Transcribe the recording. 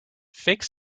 fake